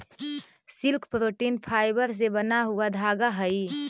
silk protein fibre से बना हुआ धागा हई